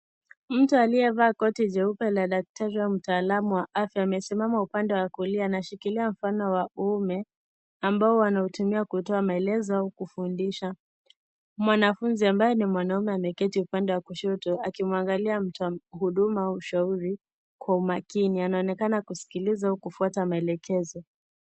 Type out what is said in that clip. Mtu aliyevaa koti jeupe la daktari wa mtaalamu wa afya amesimama upande wa kulia. Anashikilia mkono wa uume ambao anautumia kutoa maelezo ama kufundisha mwanafunzi ambaye ni mwanaume ameketi upande wa kushoto akimwangalia mtu wa huduma ushauri kwa umakini. Anaonekana kusikiliza kufuata maelekezo.